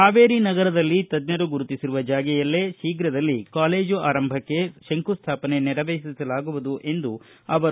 ಹಾವೇರಿ ನಗರದಲ್ಲಿ ತಜ್ಜರು ಗುರುತಿಸುವ ಜಾಗೆಯಲ್ಲೇ ಶೀಘ್ರದಲ್ಲಿ ಕಾಲೇಜು ಆರಂಭಕ್ಕೆ ಶಂಕು ಸ್ಮಾಪನೆ ನೆರವೇರಿಸಲಾಗುವುದು ಎಂದರು